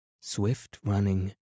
swift-running